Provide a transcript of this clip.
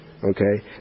Okay